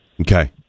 Okay